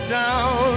down